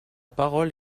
parole